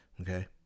Okay